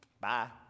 Bye